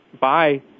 Bye